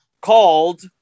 called